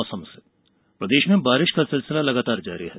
मौसम प्रदेश में बारिश का सिलसिला जारी है